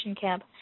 camp